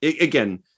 again